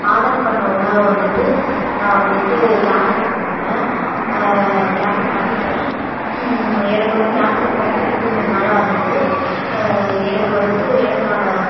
order பண்ண உணவை வந்துட்டு நான் வந்துட்டு கேன்சல் பண்றேன் கேன்சல் பண்ணிவிட்டேன் எனக்கு வந்து கேன்சல் பண்ணி ரெண்டு மூணு நாளாகுது எனக்கு வந்துட்டு எனக்கான